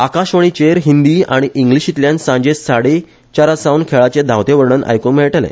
आकाशवाणीचेर हिंदी आनी इंग्लिशीतल्यान सांजे साडेचारासावन खेळाचे धावते वर्णन आयकुंक मेळटले